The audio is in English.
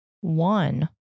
one